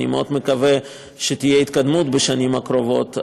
אני מאוד מקווה שתהיה התקדמות בשנים הקרובות,